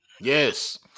Yes